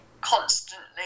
constantly